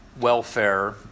welfare